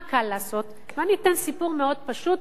מה קל לעשות, ואתן סיפור פשוט.